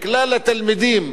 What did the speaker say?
לכלל התלמידים,